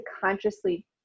consciously